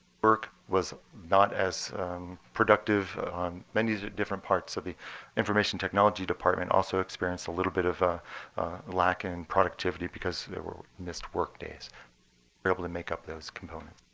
work was not as productive on many different parts of the information technology department also experienced a little bit of a lack in productivity because there were missed workdays were able to make up those components.